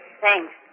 Thanks